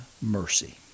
mercy